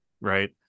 right